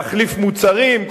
הם המציאו, לשדרג, להחליף מוצרים.